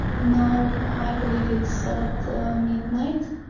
now i believe it's at midnight.